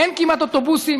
אין כמעט אוטובוסים.